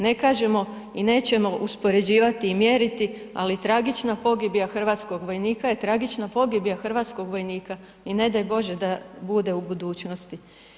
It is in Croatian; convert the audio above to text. Ne kažemo i nećemo uspoređivati i mjeriti ali tragična pogibija hrvatskog vojnika je tragična pogibija hrvatskog vojnika i ne daj bože da bude u budućnosti.